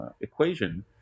equation